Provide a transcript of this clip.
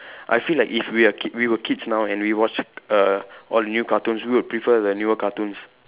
I feel like if we are k~ we were kids now and we watch err all the new cartoons we would prefer the newer cartoons